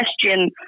question